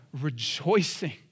rejoicing